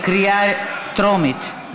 בקריאה טרומית.